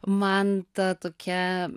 man ta tokia